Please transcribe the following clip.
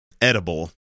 edible